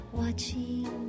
watching